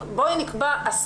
ב-10